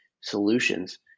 solutions